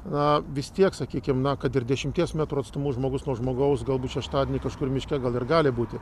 na vis tiek sakykim na kad ir dešimties metrų atstumu žmogus nuo žmogaus galbūt šeštadienį kažkur miške gal ir gali būti